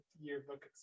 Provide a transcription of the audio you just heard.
yearbook